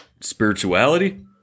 spirituality